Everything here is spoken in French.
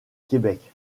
québec